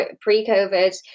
pre-COVID